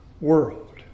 world